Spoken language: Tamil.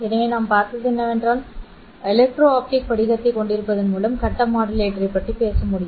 எனவே நாம் பார்த்தது என்னவென்றால் எலக்ட்ரோ ஆப்டிக் படிகத்தைக் கொண்டிருப்பதன் மூலம் கட்ட மாடுலேட்டரைப் பற்றி பேச முடியும்